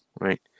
right